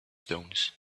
stones